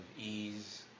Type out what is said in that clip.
ease